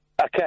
Okay